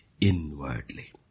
inwardly